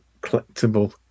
collectible